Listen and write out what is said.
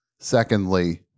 Secondly